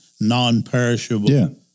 non-perishable